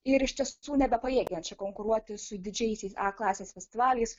ir ištiesų nebepajėgiančią konkuruoti su didžiaisiais a klasės festivaliais